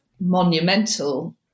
monumental